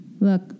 look